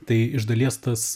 tai iš dalies tas